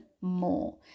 more